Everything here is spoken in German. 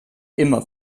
immer